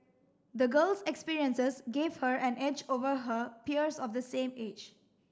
the girl's experiences gave her an edge over her peers of the same age